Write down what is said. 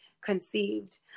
conceived